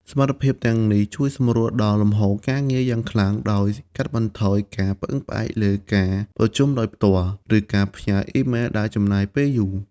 សមត្ថភាពទាំងនេះ ជួយសម្រួលដល់លំហូរការងារ យ៉ាងខ្លាំង ដោយកាត់បន្ថយការពឹងផ្អែកលើការប្រជុំដោយផ្ទាល់ ឬការផ្ញើអ៊ីមែលដែលចំណាយពេលយូរ។